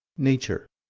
nature,